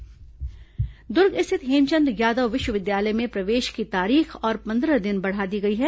दुर्ग college प्रवेश दुर्ग स्थित हेमचंद यादव विश्वविद्यालय में प्रवेश की तारीख और पंद्रह दिन बढ़ा दी गई है